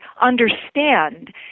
understand